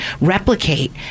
replicate